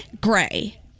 Gray